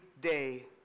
day